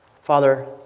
Father